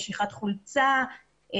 משיכת חולצה,